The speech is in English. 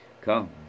Come